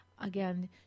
again